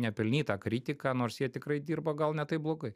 nepelnyta kritika nors jie tikrai dirba gal ne taip blogai